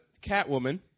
Catwoman